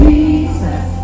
Jesus